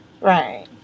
Right